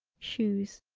shoes.